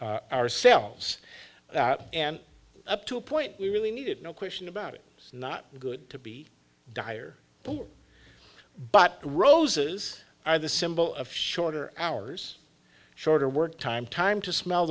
y ourselves and up to a point we really needed no question about it it's not good to be dire but we're but roses are the symbol of shorter hours shorter work time time to smell